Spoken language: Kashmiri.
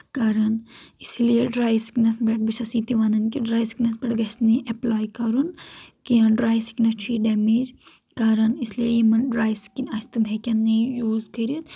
کران اسی لیے ڈرے سِکنس پٮ۪ٹھ بہٕ چھس یہِ تہِ ونان کہِ ڈرے سِکنس پٮ۪ٹھ گژھہِ نہٕ یہِ ایٚپلے کرُن کینٛہہ ڈرے سِکنس چھُ یہِ ڈمیج کران اس لیے یِمن ڈرے سِکن آسہِ تِم ہیٚکن نہٕ یہِ یوٗز کٔرِتھ